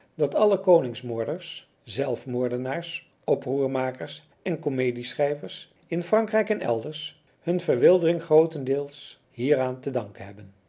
dat alle koningsmoorders zelfmoordenaars oproermakers en comedieschrijvers in frankrijk en elders hunne verwildering grootendeels hieraan te danken hebben